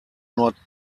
not